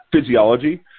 Physiology